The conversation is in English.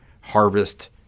harvest